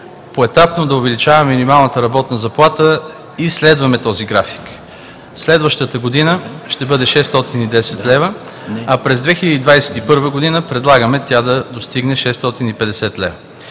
поетапно да увеличава минималната работна заплата и следваме този график. Следващата година ще бъде 610 лв., а през 2021 г. предлагаме тя да достигне 650 лв.